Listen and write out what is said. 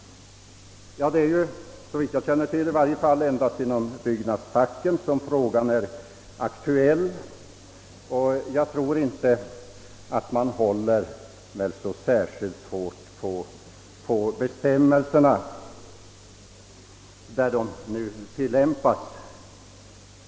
Det är såvitt jag känner till bara inom byggnadsfacken frågan är aktuell, och jag tror inte att man håller så särskilt hårt på bestämmelserna, där dessa nu tillämpas.